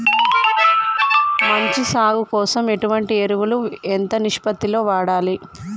మంచి సాగు కోసం ఎటువంటి ఎరువులు ఎంత నిష్పత్తి లో వాడాలి?